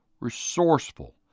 resourceful